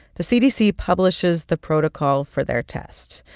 the cdc publishes the protocol for their test,